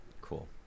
cool